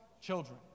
children